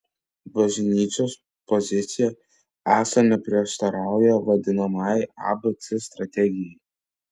bažnyčios pozicija esą neprieštarauja vadinamajai abc strategijai